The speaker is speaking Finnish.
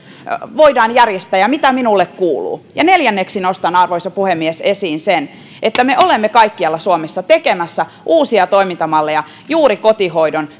voidaan järjestää ja mitä hänelle kuuluu neljänneksi nostan arvoisa puhemies esiin sen että me olemme kaikkialla suomessa tekemässä uusia toimintamalleja juuri kotihoidon